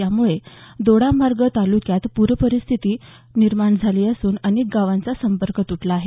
यामुळे दोडामार्ग ताल्क्यात पूरस्थिती निर्माण झाली असून अनेक गावांचा संपर्क तुटला आहे